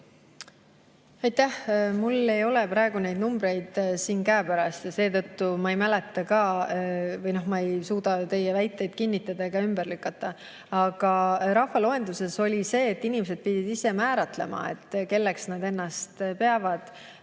Aitäh! Mul ei ole praegu neid numbreid siin käepärast ja seetõttu ma ei suuda teie väiteid kinnitada ega ümber lükata. Aga rahvaloenduses oli see, et inimesed pidid ise määratlema, kelleks nad ennast peavad